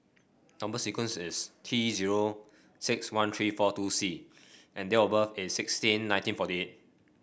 number sequence is T zero six one three four two C and date of birth is sixteen nineteen forty eight